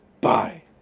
Bye